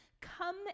Come